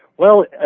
well,